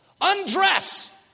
Undress